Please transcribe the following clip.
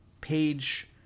page